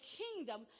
kingdom